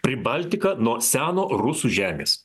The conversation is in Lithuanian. pribaltika nuo seno rusų žemės